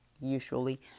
usually